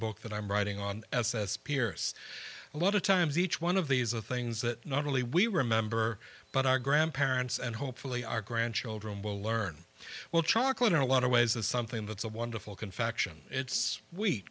book that i'm writing on it says pierce a lot of times each one of these are things that not only we remember but our grandparents and hopefully our grandchildren will learn well charcoal in a lot of ways is something that's a wonderful confection it's weak